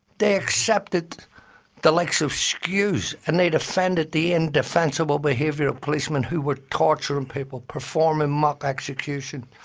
they accepted the likes of skuse, and they'd offended the indefensible behaviour of policemen who were torturing people, performing mock executions,